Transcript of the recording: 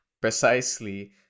Precisely